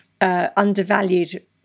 undervalued